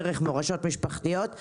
דרך מורשות משפחתיות,